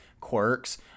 quirks